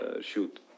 shoot